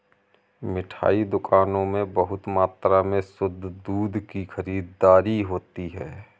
मिठाई दुकानों में बहुत मात्रा में शुद्ध दूध की खरीददारी होती है